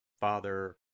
Father